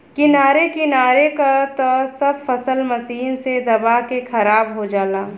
किनारे किनारे क त सब फसल मशीन से दबा के खराब हो जाला